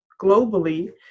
globally